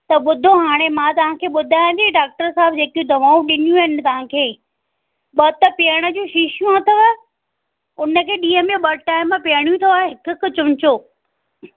त ॿुधो हाणे मां तव्हांखे ॿुधायांव थी डाक्टर साहिबु जेकियूं दवाऊं ॾिनियूं आहिनि तव्हांखे ॿ त पीअण जूं शीशूं अथव हुनखे ॾींहं में ॿ टाइम पीअणियूं अथव हिकु हिकु चमिचो